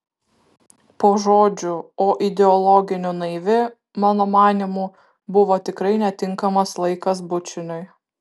po žodžių o ideologiniu naivi mano manymu buvo tikrai netinkamas laikas bučiniui